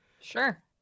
sure